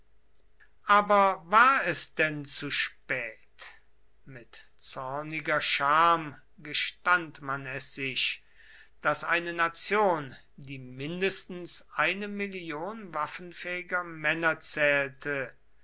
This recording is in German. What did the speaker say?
aber war es denn zu spät mit zorniger scham gestand man es sich daß eine nation die mindestens eine million waffenfähiger männer zählte